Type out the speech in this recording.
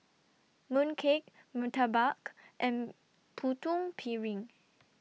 Mooncake Murtabak and Putu Piring